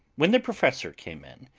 when the professor came in,